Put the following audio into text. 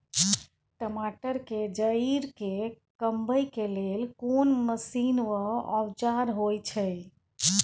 टमाटर के जईर के कमबै के लेल कोन मसीन व औजार होय छै?